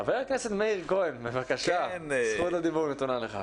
חבר הכנסת מאיר כהן, בבקשה, זכות הדיבור נתונה לך.